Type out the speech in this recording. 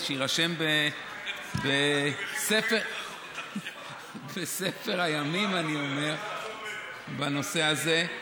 ושיירשם בספר הימים בנושא הזה.